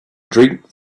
drink